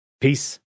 Peace